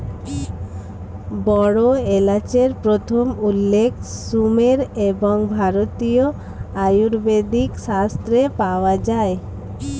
বড় এলাচের প্রথম উল্লেখ সুমের এবং ভারতীয় আয়ুর্বেদিক শাস্ত্রে পাওয়া যায়